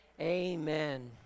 amen